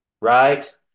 right